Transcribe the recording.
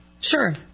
Sure